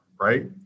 Right